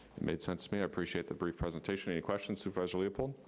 you made sense to me. i appreciate the brief presentation. any questions, supervisor leopold?